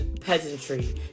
peasantry